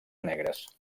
negres